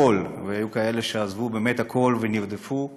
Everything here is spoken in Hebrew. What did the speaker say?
והיו כאלה שבאמת עזבו את הכול, ונרדפו,